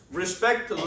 respect